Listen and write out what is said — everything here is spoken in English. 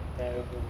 terrible